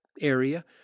area